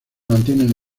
mantienen